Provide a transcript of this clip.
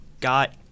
got